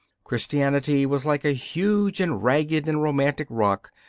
christianity was like a huge and ragged and romantic rock,